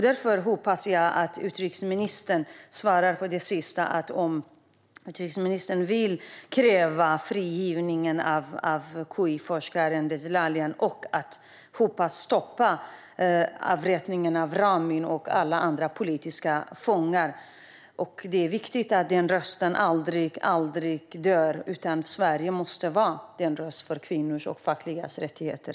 Därför hoppas jag att utrikesministern svarar på min sista fråga om utrikesministern vill kräva att KI-forskaren Ahmadreza Djalali friges och stoppa avrättningen av Ramin och alla andra politiska fångar. Det är viktigt att vår röst aldrig dör, utan Sverige måste vara en röst för kvinnors rättigheter och fackliga rättigheter.